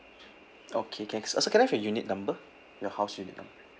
okay can s~ uh sir can I have your unit number your house unit number